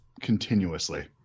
continuously